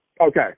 Okay